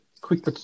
quick